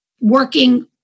working